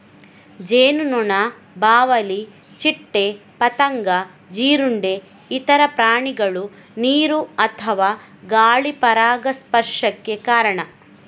ಜೇನುನೊಣ, ಬಾವಲಿ, ಚಿಟ್ಟೆ, ಪತಂಗ, ಜೀರುಂಡೆ, ಇತರ ಪ್ರಾಣಿಗಳು ನೀರು ಅಥವಾ ಗಾಳಿ ಪರಾಗಸ್ಪರ್ಶಕ್ಕೆ ಕಾರಣ